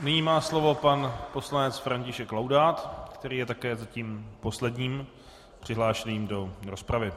Nyní má slovo pan poslanec František Laudát, který je také zatím posledním přihlášeným do rozpravy.